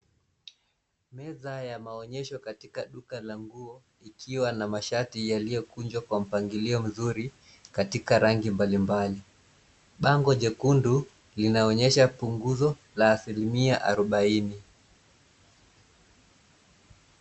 Meza ya maonyesho katika duka la nguo ikiwa na mashati yaliyokunjwa kwa mpangilio mzuri katika rangi mbalimbali. Bango jekundu linaonyesha punguzo la asilimia arubaini.